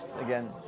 again